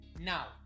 Now